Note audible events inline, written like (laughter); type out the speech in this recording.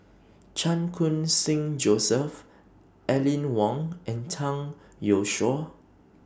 (noise) Chan Khun Sing Joseph Aline Wong and Zhang Youshuo